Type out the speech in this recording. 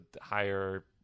higher